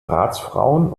ratsfrauen